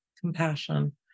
compassion